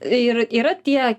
ir yra tie